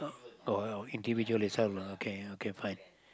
oh individually itself lah okay okay fine